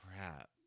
crap